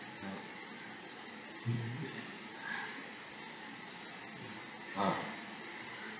ah mm ah